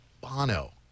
Bono